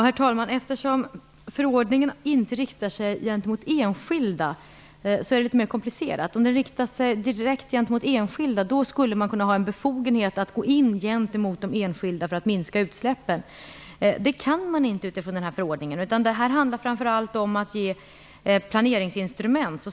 Herr talman! Eftersom förordningen inte riktar sig mot enskilda är det litet mer komplicerat. Om den riktade sig direkt mot enskilda skulle man kunna ha en befogenhet att gå in gentemot dem för att minska utsläppen. Det kan man inte utifrån den här förordningen. Det här handlar framför allt om att ge planeringsinstrument.